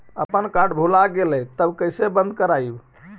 अपन कार्ड भुला गेलय तब कैसे बन्द कराइब?